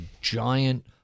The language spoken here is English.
giant